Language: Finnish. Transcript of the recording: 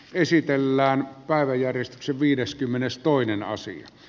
esitellään päiväjärjestyksen viideskymmenestoinen asia